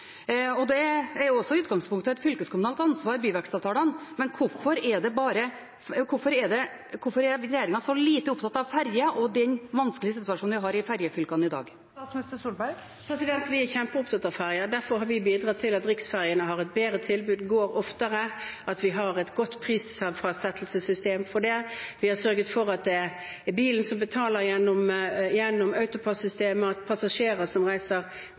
er viktig for denne regjeringen, og byvekstavtalene er også i utgangspunktet et fylkeskommunalt ansvar. Hvorfor er regjeringen så lite opptatt av ferjer og den vanskelige situasjonen vi har i ferjefylkene i dag? Vi er kjempeopptatt av ferger. Derfor har vi bidratt til at riksfergene har et bedre tilbud, at de går oftere, at vi har et godt prisfastsettelsessystem for det. Vi har sørget for at bilen betaler gjennom AutoPASS-systemet, og at passasjerer som reiser